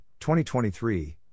2023